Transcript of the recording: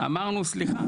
אמרנו סליחה,